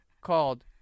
called